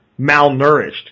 malnourished